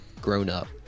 grown-up